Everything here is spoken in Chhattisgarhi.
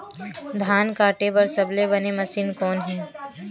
धान काटे बार सबले बने मशीन कोन हे?